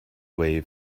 wave